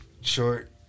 Short